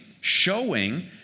showing